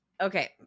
Okay